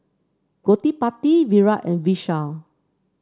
Gottipati Virat and Vishal